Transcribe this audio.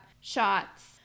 shots